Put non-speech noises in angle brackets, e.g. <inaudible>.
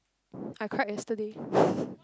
<breath> I cried yesterday <breath>